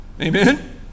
Amen